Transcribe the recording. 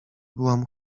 byłam